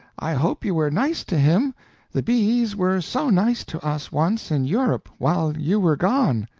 i hope you were nice to him the b's were so nice to us, once, in europe, while you were gone.